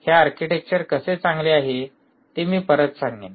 हे आर्किटेक्चर कसे चांगले आहे ते मी परत सांगेन